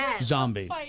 zombie